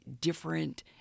different